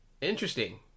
Interesting